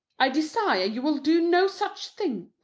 i desire you will do no such thing!